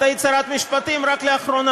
את היית שרת משפטים רק לאחרונה.